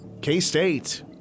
K-State